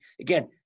again